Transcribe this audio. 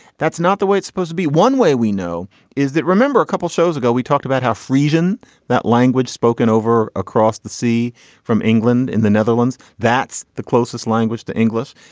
that's not the way it's supposed to be one way we know is that remember a couple shows ago we talked about how frozen that language spoken over across the sea from england in the netherlands. that's the closest language to english.